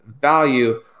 value